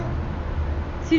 seriously